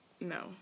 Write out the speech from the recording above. no